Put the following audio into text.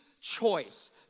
choice